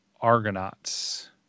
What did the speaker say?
Argonauts